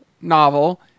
novel